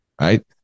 right